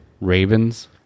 ravens